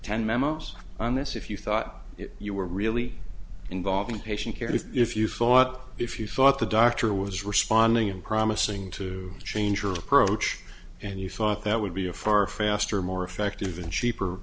memos on this if you thought you were really involving patient care if you thought if you thought the doctor was responding and promising to change your approach and you thought that would be a far faster more effective and